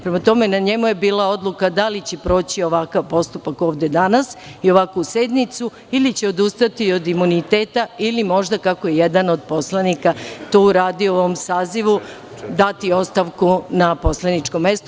Prema tome, na njemu je bila odluka da li će proći ovakav postupak ovde danas i ovakvu sednicu ili će odustati od imuniteta, ili možda kako jedan od poslanika to uradio u ovom sazivu, dati ostavku na poslaničko mesto.